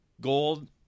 gold